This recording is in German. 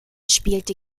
spielte